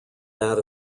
that